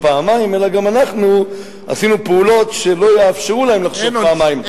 פעמיים אלא גם אנחנו עשינו פעולות שלא יאפשרו להם לחשוב פעמיים.